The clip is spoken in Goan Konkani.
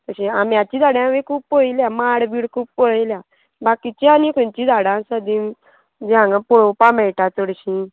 अशीं आम्याचीं झाडां हांवें खूब पळयल्या माड बीड खूब पळयल्या बाकीचीं आनी खंयचीं झाडां आसा तीं जीं हांगा पळोवपा मेळटा चडशीं